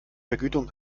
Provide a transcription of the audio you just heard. vergütung